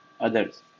others